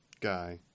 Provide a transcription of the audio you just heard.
guy